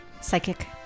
Psychic